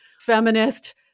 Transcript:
feminist